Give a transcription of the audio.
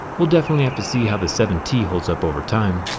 we'll definitely have to see how the seven t holds up over time.